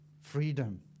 freedom